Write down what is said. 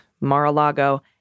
Mar-a-Lago